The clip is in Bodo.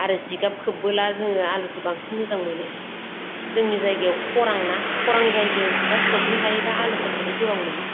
आरो जिगाब खोबबोला जोङो आलुखौ बांसिन मोजां मोनो जोंनि जायगायाव खरां ना खरां जायगायाव जिगाब खोबनो हायोबा आलुफोरखौबो गोबां मोनो